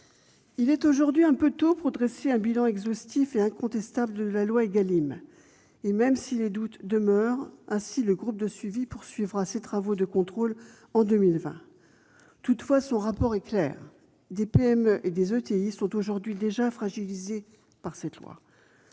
Il est aujourd'hui un peu tôt pour dresser un bilan exhaustif et incontestable de la loi Égalim, même si des doutes demeurent. Ainsi, le groupe de suivi poursuivra ses travaux de contrôle en 2020. Toutefois, son premier rapport est clair : des PME et des ETI sont très fragilisées par la loi.